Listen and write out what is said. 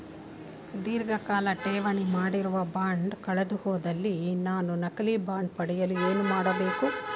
ಧೀರ್ಘಕಾಲ ಠೇವಣಿ ಮಾಡಿರುವ ಬಾಂಡ್ ಕಳೆದುಹೋದಲ್ಲಿ ನಾನು ನಕಲಿ ಬಾಂಡ್ ಪಡೆಯಲು ಏನು ಮಾಡಬೇಕು?